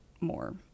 more